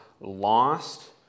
lost